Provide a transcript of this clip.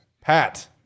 Pat